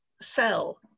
sell